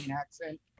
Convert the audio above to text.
accent